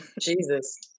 Jesus